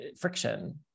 friction